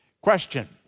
Question